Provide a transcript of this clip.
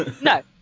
no